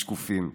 לשקופים.